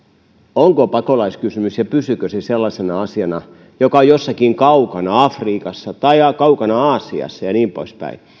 onko pakolaiskysymys sellainen asia ja pysyykö se sellaisena asiana joka on jossakin kaukana afrikassa tai kaukana aasiassa ja niin poispäin